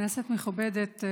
כנסת מכובדת,